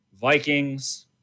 Vikings